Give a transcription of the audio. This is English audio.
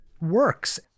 works